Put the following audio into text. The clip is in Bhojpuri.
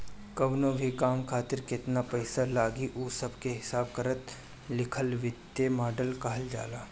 कवनो भी काम खातिर केतन पईसा लागी उ सब के हिसाब किताब लिखल वित्तीय मॉडल कहल जाला